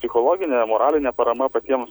psichologinė moralinė parama patiems